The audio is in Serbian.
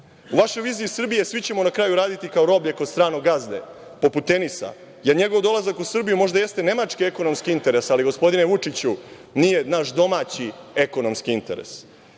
vašoj viziji Srbije svi ćemo raditi kao roblje kod stranog gazde, poput Tenisa, jer njegov dolazak u Srbiju jeste možda nemački ekonomski interes, ali gospodine Vučiću, nije naš domaći ekonomski interes.